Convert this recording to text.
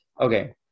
okay